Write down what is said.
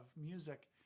music